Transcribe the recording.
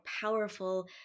powerful